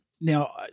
now